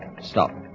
Stop